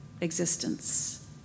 existence